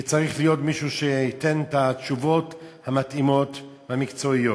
כי צריך להיות מישהו שייתן את התשובות המתאימות והמקצועיות.